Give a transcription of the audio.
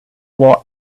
what